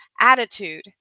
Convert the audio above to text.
attitude